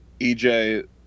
EJ